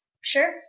Sure